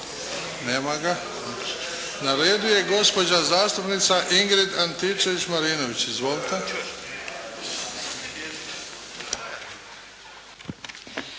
Nema ga. Na redu je gospođa zastupnica Ingrid Antičević Marinović. Izvolite.